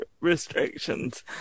restrictions